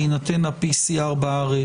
בהינתן ה- PCRבארץ.